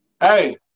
hey